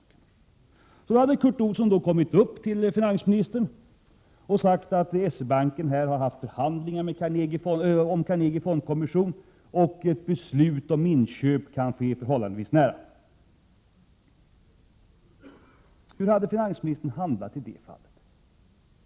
Så hade Curt Olsson då kommit upp till finansministern och sagt att S-E-Banken hade haft förhandlingar om Carnegie Fondkommission och att ett beslut om inköp kunde ligga förhållandevis nära. Hur hade finansministern handlat i det fallet?